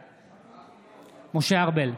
בעד משה ארבל,